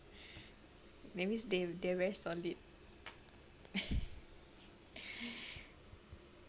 maybe is they they are very solid